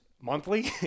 monthly